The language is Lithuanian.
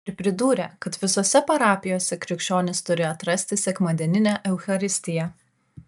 ir pridūrė kad visose parapijose krikščionys turi atrasti sekmadieninę eucharistiją